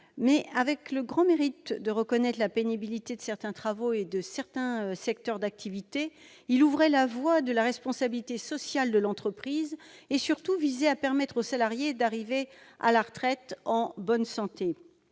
il avait le grand mérite de reconnaître la pénibilité de certains travaux et de certains secteurs d'activité et ouvrait ainsi la voie à la responsabilité sociale de l'entreprise. Surtout, il visait à permettre aux salariés d'arriver à la retraite en bonne santé.